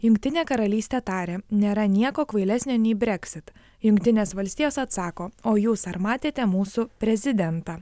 jungtinė karalystė tarė nėra nieko kvailesnio nei breksit jungtinės valstijos atsako o jūs ar matėte mūsų prezidentą